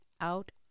out